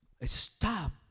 Stop